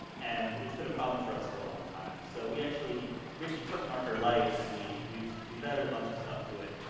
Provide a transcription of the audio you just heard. and it's been a problem for us for a long time. so, we actually we actually took marker light, and we've we've added a bunch of stuff to it.